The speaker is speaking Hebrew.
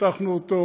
פתחנו אותו